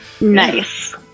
Nice